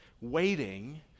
Waiting